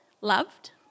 loved